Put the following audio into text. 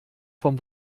vom